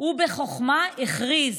ובחוכמה הכריז